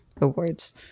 awards